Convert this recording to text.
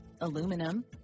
aluminum